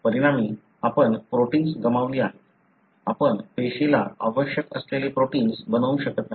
परिणामी आपण प्रोटिन्स गमावली आहेत आपण पेशीला आवश्यक असलेले प्रोटिन्स बनवू शकत नाही